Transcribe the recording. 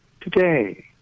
Today